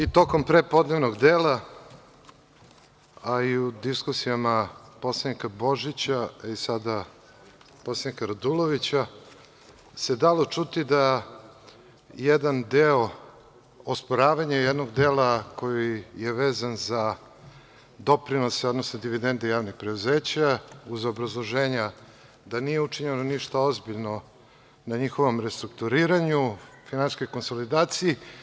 I tokom prepodnevnog dela, a i u diskusijama poslanika Božića i sada poslanika Radulovića, se dalo čuti da jedan deo osporavanja jednog dela koji je vezan za doprinose odnose dividende javnih preduzeća, uz obrazloženja da nije učinjeno ništa ozbiljno na njihovom restrukturiranju, finansijskoj konsolidaciji.